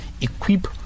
equip